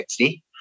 60